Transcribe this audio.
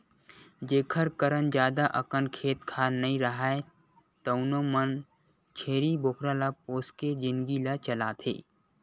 जेखर करन जादा अकन खेत खार नइ राहय तउनो मन छेरी बोकरा ल पोसके जिनगी ल चलाथे